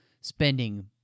spending